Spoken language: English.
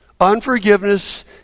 unforgiveness